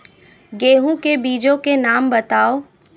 गेहूँ के बीजों के नाम बताओ?